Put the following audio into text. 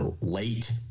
late